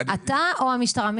אתה או המשטרה?